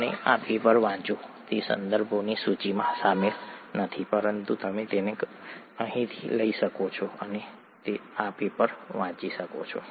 અને આ પેપર વાંચો તે સંદર્ભોની સૂચિમાં શામેલ નથી પરંતુ તમે તેને અહીંથી લઈ શકો છો અને આ પેપર વાંચી શકો છો